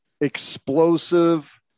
explosive